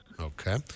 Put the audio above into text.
Okay